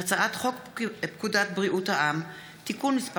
הצעת חוק הכניסה לישראל (תיקון מס'